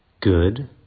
good